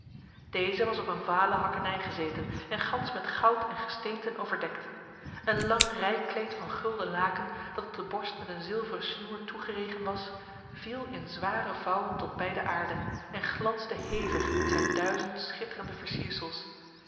deze was op een vale hakkenij gezeten en gans met goud en gesteenten overdekt een lang rijkleed van gulden laken dat op de borst met een zilveren snoer toegeregen was viel in zware vouwen tot bij de aarde en glansde hevig met zijn duizend schitterende versiersels